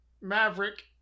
Maverick